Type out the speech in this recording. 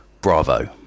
Bravo